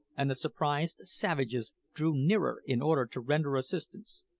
and the surprised savages drew nearer in order to render assistance.